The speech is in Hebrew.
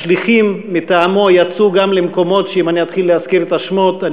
השליחים מטעמו יצאו גם למקומות שאם אני אתחיל להזכיר את השמות שלהם,